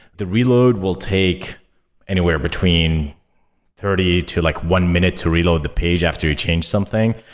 the reload will take anywhere between thirty to like one minute to reload the page after you changed something.